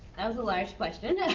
that was a large question.